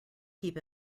keep